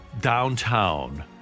downtown